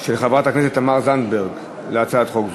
של חברת הכנסת תמר זנדברג להצעת חוק זו.